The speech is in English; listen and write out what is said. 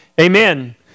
Amen